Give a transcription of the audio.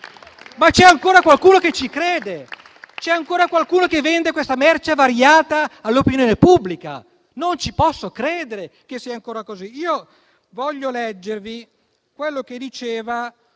C'è ancora qualcuno che ci crede? C'è ancora qualcuno che vende questa merce avariata all'opinione pubblica? Non posso credere che sia ancora così!